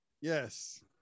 Yes